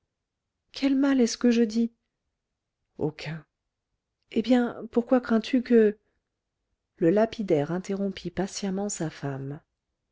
quel mal est-ce que je dis aucun eh bien pourquoi crains-tu que le lapidaire interrompit impatiemment sa femme